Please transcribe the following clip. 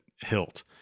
hilt